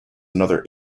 another